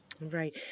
Right